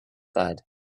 side